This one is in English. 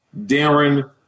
Darren